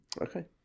okay